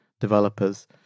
developers